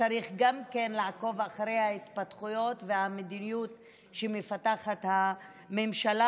צריך גם לעקוב אחרי ההתפתחויות והמדיניות שמפתחת הממשלה.